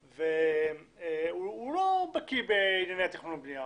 והוא לא בקי בענייני תכנון ובנייה.